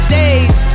days